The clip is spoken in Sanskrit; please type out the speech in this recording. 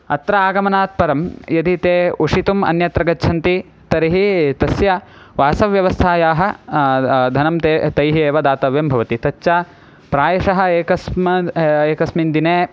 अत्र आगमनात् परं यदि ते उषितुम् अन्यत्र गच्छन्ति तर्हि तस्य वासव्यवस्थायाः धनं ते तैः एव दातव्यं भवति तच्च प्रायशः एकस्माद् एकस्मिन् दिने